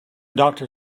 doctor